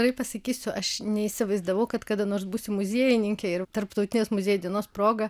taip pasakysiu aš neįsivaizdavau kad kada nors būsiu muziejininkė ir tarptautinės muziejų dienos proga